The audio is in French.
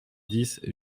dix